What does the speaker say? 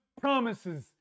promises